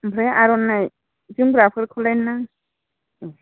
ओमफ्राय आर'नाय जोमग्राफोरखौलाय नाङा